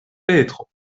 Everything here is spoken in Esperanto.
petro